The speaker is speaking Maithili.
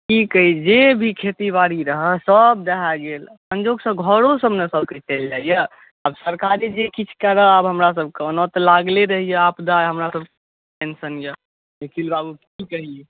की कही जे भी खेतीबाड़ी रहए सभ दहा गेल संयोगसँ घरोसभ ने सभके चलि जाइए आब सरकारे जे किछु करय आब हमरासभके ओना तऽ लागले रहैए आपदा हमरासभके टेंशन यए निखिल बाबू की कही